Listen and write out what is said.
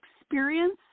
experience